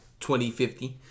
2050